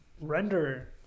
render